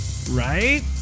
Right